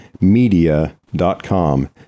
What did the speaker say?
media.com